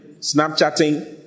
Snapchatting